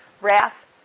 wrath